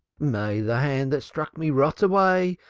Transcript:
may the hand that struck me rot away!